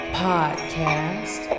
podcast